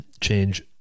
change